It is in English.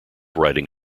writing